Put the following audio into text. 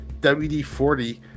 WD-40